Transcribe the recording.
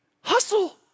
Hustle